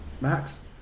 Max